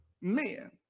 men